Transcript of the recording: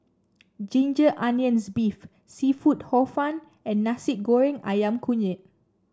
Ginger Onions beef seafood Hor Fun and Nasi Goreng ayam Kunyit